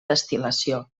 destil·lació